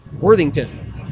Worthington